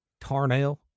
Tarnell